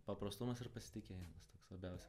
paprastumas ir pasitikėjimas toks labiausiai